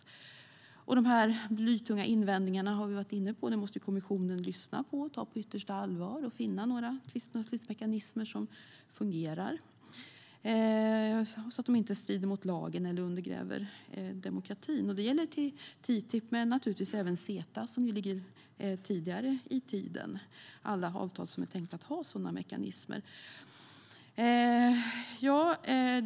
Vi har varit inne på dessa blytunga invändningar. Kommissionen måste lyssna och ta dem på yttersta allvar och ta fram tvistlösningsmekanismer som fungerar så att de inte strider mot lagen eller undergräver demokratin. Det gäller TTIP och naturligtvis även CETA, som ligger tidigare i tiden. Det handlar om alla de avtal som är tänkta att ha sådana mekanismer.